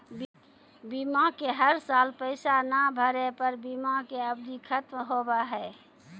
बीमा के हर साल पैसा ना भरे पर बीमा के अवधि खत्म हो हाव हाय?